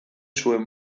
zuen